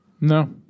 No